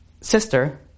sister